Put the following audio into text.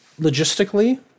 logistically